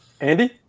Andy